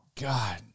god